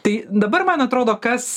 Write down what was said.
tai dabar man atrodo kas